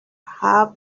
have